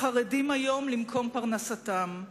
החרדים היום למקום פרנסתם.